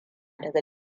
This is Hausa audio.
daga